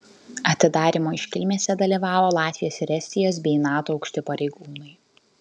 atidarymo iškilmėse dalyvavo latvijos ir estijos bei nato aukšti pareigūnai